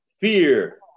fear